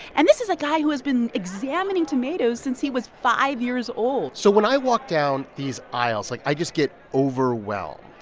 and this is a guy who has been examining tomatoes since he was five years old so when i walk down these aisles, like, i just get overwhelmed.